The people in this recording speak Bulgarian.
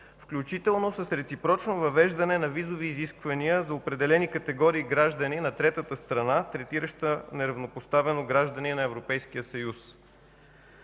включително с реципрочно въвеждане на визови изисквания за определени категории граждани на третата страна, третираща неравнопоставено граждани на Европейския съюз.